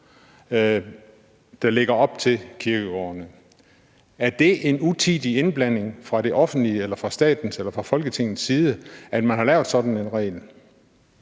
der ligger op til kirkegårdene. Var det en utidig indblanding fra det offentliges eller fra statens eller fra Folketingets side, at man lavede sådan en regel?